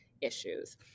issues